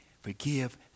forgive